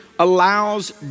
allows